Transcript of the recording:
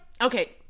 Okay